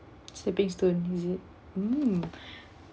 stepping stone is it mm